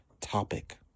topic